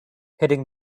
hitting